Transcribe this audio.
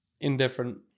Indifferent